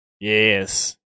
Yes